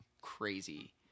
crazy